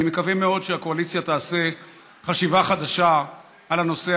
אני מקווה מאוד שהקואליציה תעשה חשיבה חדשה על הנושא